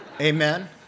Amen